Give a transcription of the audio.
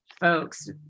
folks